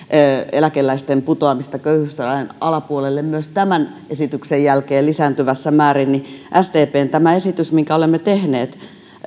eläkeläisten putoamisesta köyhyysrajan alapuolelle myös tämän esityksen jälkeen lisääntyvässä määrin niin sdpn esitys minkä olemme tehneet